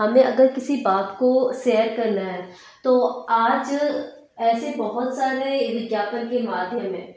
हमें अगर किसी बात को शेयर करना है तो आज ऐसे बहुत सारे विज्ञापन के माध्यम हैं